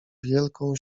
wielką